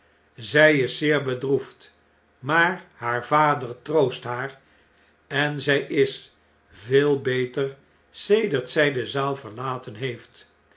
aztf is zeer bedroefd maar haar vader troost haar en zjj is veel beter sedert zij de zaal verlaten heei't